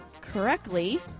correctly